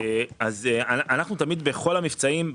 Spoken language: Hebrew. אז אנחנו תמיד בכל המבצעים,